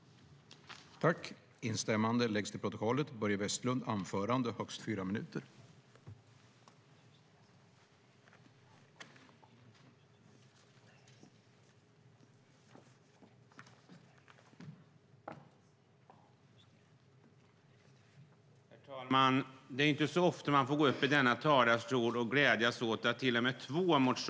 I detta anförande instämde Maria Lundqvist-Brömster och Barbro Westerholm .